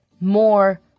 more